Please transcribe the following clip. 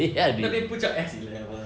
那边不叫 as eleven